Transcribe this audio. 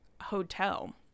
hotel